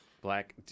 black